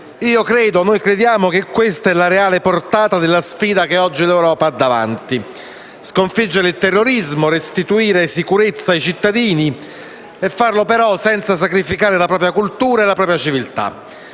sicurezza. Noi crediamo che questa è la reale portata della sfida che oggi l'Europa ha davanti: sconfiggere il terrorismo e restituire sicurezza ai cittadini, senza sacrificare la propria cultura e la propria civiltà.